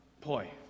boy